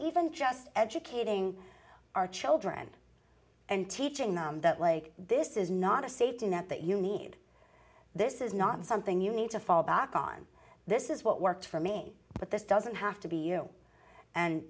even just educating our children and teaching them that like this is not a safety net that you need this is not something you need to fall back on this is what worked for me but this doesn't have to be you and